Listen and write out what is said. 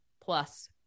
plus